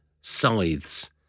scythes